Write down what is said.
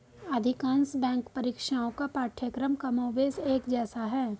अधिकांश बैंक परीक्षाओं का पाठ्यक्रम कमोबेश एक जैसा है